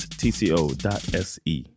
tco.se